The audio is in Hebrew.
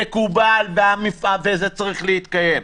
מקובל, וזה צריך להתקיים.